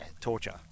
torture